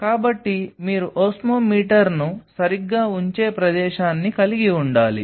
కాబట్టి మీరు ఓస్మోమీటర్ను సరిగ్గా ఉంచే ప్రదేశాన్ని కలిగి ఉండాలి